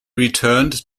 returned